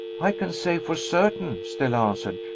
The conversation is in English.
i can say for certain, stella answered,